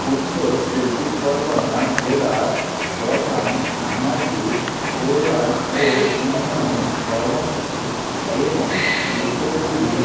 উত্তর চব্বিশ পরগনা জেলার প্রধান সামাজিক কল্যান ও উন্নয়ন কর্মসূচি এবং উদ্যোগগুলি